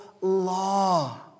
law